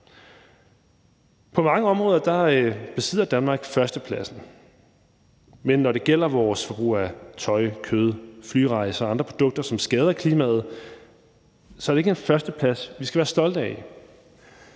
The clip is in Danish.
På mange områder besidder Danmark førstepladsen, men når det gælder vores forbrug af tøj, kød, flyrejser og andre produkter, som skader klimaet, så er det ikke en førsteplads, vi skal være stolte af.